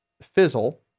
fizzle